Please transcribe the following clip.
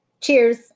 Cheers